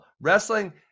wrestling